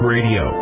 Radio